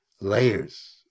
layers